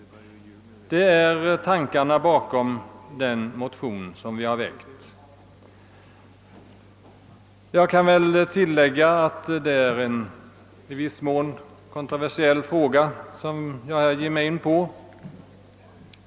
Detta är tankarna bakom den motion som vi har väckt. Det är en i viss mån kontroversiell fråga som jag här ger mig in på.